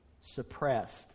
suppressed